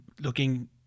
looking